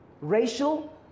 racial